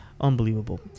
Unbelievable